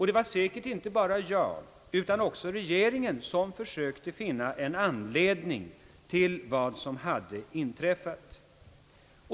Det var säkert inte bara jag utan också regeringen som försökte finna en anledning till vad som hade inträffat.